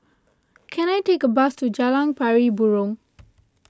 can I take a bus to Jalan Pari Burong